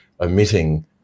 omitting